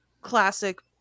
classic